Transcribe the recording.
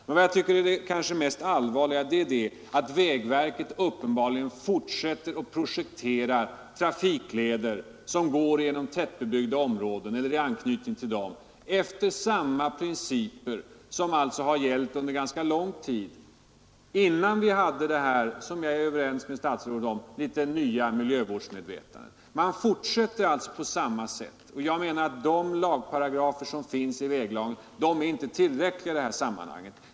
Men vad jag tycker är det kanske mest allvarliga är att vägverket uppenbarligen fortsätter att projektera trafikleder som går genom tättbebyggda områden, eller i anknytning till dem, efter samma principer som alltså gällt under ganska lång tid, innan vi hade detta — som jag är överens med statsrådet om — nya miljövårdsmedvetande. Jag menar att de lagparagrafer som finns i väglagen inte är tillräckliga i detta sammanhang.